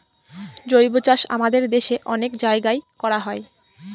জৈবচাষ আমাদের দেশে অনেক জায়গায় করা হয়